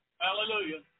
Hallelujah